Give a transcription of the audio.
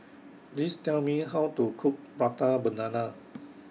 Please Tell Me How to Cook Prata Banana